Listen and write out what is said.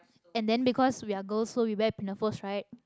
and then because we are girls so we wear pinafore right